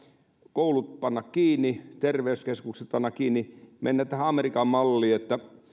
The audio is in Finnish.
koulut panna kiinni terveyskeskukset panna kiinni mennä tähän amerikan malliin että